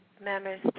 members